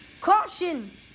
Caution